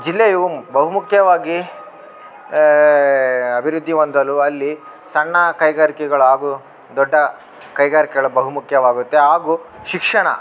ಜಿಲ್ಲೆಯು ಬಹು ಮುಖ್ಯವಾಗಿ ಅಭಿವೃದ್ದಿ ಹೊಂದಲು ಅಲ್ಲಿ ಸಣ್ಣ ಕೈಗಾರಿಕೆಗಳ ಹಾಗೂ ದೊಡ್ಡ ಕೈಗಾರಿಕೆಗಳ ಬಹು ಮುಖ್ಯವಾಗುತ್ತೆ ಹಾಗೂ ಶಿಕ್ಷಣ